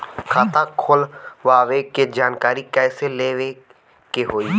खाता खोलवावे के जानकारी कैसे लेवे के होई?